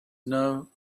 know